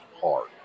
hard